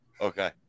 Okay